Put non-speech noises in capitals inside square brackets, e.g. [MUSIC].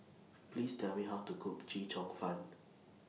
[NOISE] Please Tell Me How to Cook Chee Cheong Fun